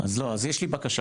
אז לא, אז יש לי בקשה.